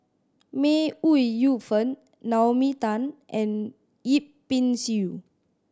May Ooi Yu Fen Naomi Tan and Yip Pin Xiu